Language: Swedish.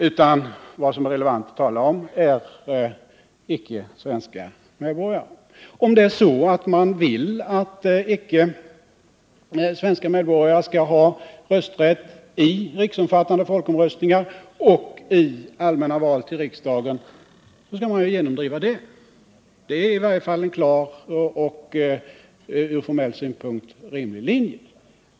Däremot är det relevant att tala om icke svenska medborgare. Om man vill att icke svenska medborgare skall ha rösträtt i riksomfattande folkomröstningar och i allmänna val till riksdagen, skall man genomdriva det. Det är i varje fall en klar och från formell synpunkt rimlig linje.